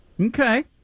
Okay